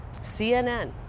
CNN